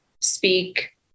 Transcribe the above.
speak